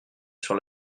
sur